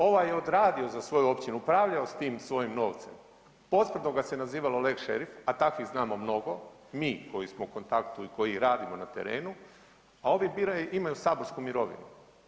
Ovaj je odradio za svoju općinu, upravljao s tim svojim novcem, posprdno se ga je nazivalo lex šerif, a takvih znamo mnogo, mi koji smo u kontaktu i koji radimo na terenu, a ovi biraju imaju saborsku mirovinu.